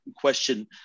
question